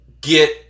get